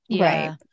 right